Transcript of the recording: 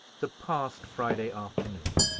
the past friday afternoon,